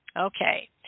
okay